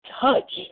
touch